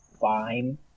fine